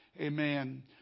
Amen